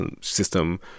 system